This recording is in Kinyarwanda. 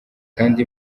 kandi